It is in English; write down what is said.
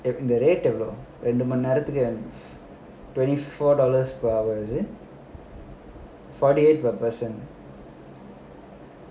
இந்த:intha rate எவ்ளோ ரெண்டு மணி நேரத்துக்கு:evlo rendu mani nerathukku twenty four dollars per hour is it forty eight per person